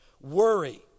Worry